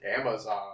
Amazon